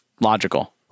logical